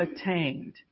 attained